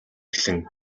эхлэн